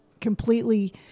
completely